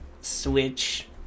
Switch